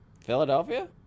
Philadelphia